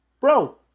bro